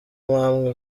namwe